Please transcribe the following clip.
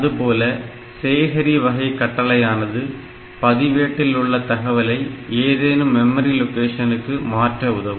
அதுபோல சேகரி வகை கட்டளையானது பதிவேட்டில் உள்ள தகவலை ஏதேனும் மெமரி லொகேஷனுக்கு மாற்ற உதவும்